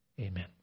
Amen